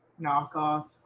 knockoff